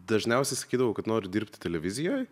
dažniausiai sakydavau kad noriu dirbti televizijoj